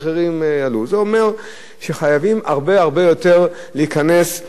זה אומר שחייבים להיכנס יותר ויותר